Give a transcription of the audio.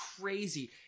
crazy